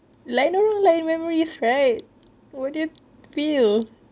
like no one like memories right what do you feel